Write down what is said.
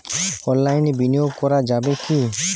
অনলাইনে বিনিয়োগ করা যাবে কি?